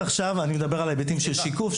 עכשיו אני מדבר על היבטים של שיקוף,